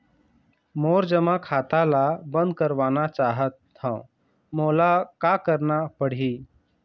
मोर जमा खाता ला बंद करवाना चाहत हव मोला का करना पड़ही?